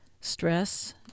stress